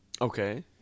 Okay